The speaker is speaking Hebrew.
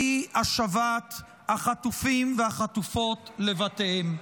והיא השבת החטופים והחטופות לבתיהם.